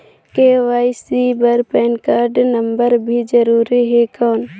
KYC बर PAN card number भी जरूरी हे कौन?